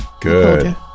good